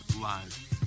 live